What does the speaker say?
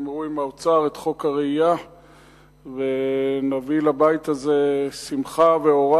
תגמרו עם האוצר את חוק הרעייה ונביא לבית הזה שמחה ואורה.